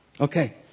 Okay